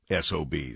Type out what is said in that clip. sobs